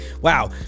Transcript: Wow